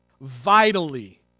vitally